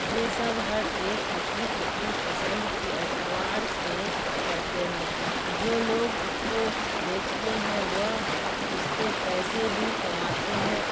یہ سب ہر ایک اپنی اپنی پسند کی اعتبار سے کرتے ہیں جو لوگ اس کو بیچتے ہیں وہ اس سے پیسے بھی کماتے ہیں